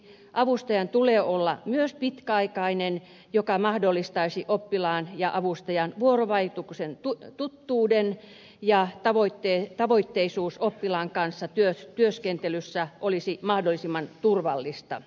avustajan tulee olla myös pitkäaikainen mikä mahdollistaisi oppilaan ja avustajan vuorovaikutuksen tuttuuden ja sen että tavoitteisuus oppilaan kanssa työskentelyssä olisi mahdollisimman turvallista